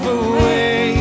away